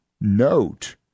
note